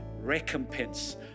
recompense